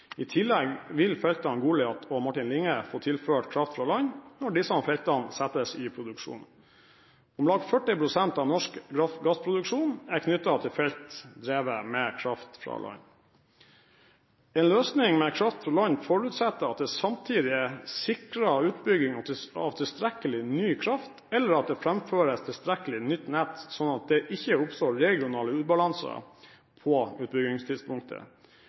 I tillegg vil feltene Goliat og Martin Linge få tilført kraft fra land når disse feltene settes i produksjon. Om lag 40 pst. av norsk gassproduksjon er knyttet til felt drevet med kraft fra land. En løsning med kraft fra land forutsetter at det samtidig sikrer utbygging av tilstrekkelig ny kraft, eller at det framføres tilstrekkelig nytt nett, sånn at det ikke oppstår regionale ubalanser på utbyggingstidspunktet.